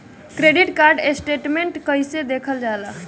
Credit card statement कइसे देखल जाला?